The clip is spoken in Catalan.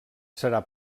serà